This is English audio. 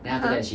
uh